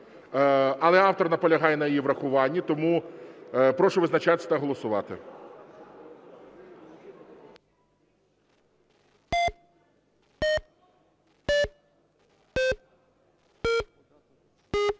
Але автор наполягає на її врахуванні. Тому прошу визначатись та голосувати.